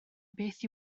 beth